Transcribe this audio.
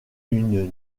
une